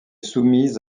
soumise